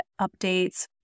updates